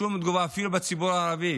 ושום תגובה, אפילו בציבור הערבי